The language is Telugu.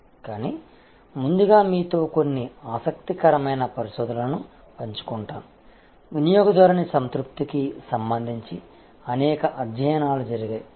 కానీ ముందుగా మీతో కొన్ని ఆసక్తికరమైన పరిశోధనలను పంచుకుంటాను వినియోగదారుని సంతృప్తికి సంబంధించి అనేక అధ్యయనాలు జరిగాయి